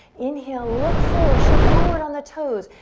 inhale, look forward, shift forward on the toes.